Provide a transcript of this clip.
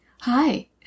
hi